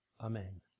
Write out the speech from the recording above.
amen